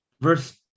verse